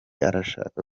arashaka